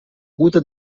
route